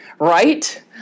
right